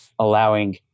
allowing